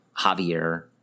Javier